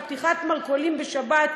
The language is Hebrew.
או פתיחת מרכולים בשבת,